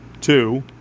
two